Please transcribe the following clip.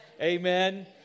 Amen